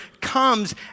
comes